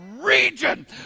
region